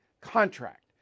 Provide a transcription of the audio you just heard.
contract